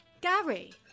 Gary